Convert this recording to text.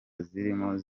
zirimo